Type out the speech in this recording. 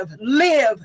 live